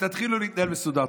ותתחילו להתנהל מסודר.